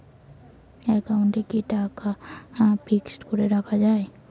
একাউন্টে কি টাকা ফিক্সড করে রাখা যায়?